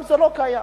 גם זה לא קיים.